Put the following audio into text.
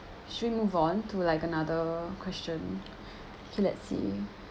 should we move on to like another question okay let's see